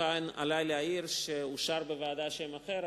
כאן עלי להעיר שאושר בוועדה שם אחר,